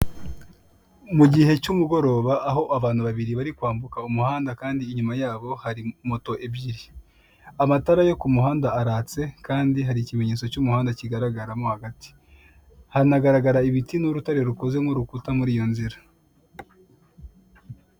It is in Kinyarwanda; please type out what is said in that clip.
Ni mu giye cy'umugoroba aho abantu babiri bari kwambuka umuhanda kandi inyuma yabo hari moto ebyiri. Amatara yo ku muhanda aratse kandi hari ikimenyetso cy'umuhanda kigaragara mo hagati. Haranagaragara ibiti n'urutare rukoze nk'urukuta muri iyo nzira.